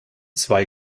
zwei